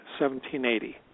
1780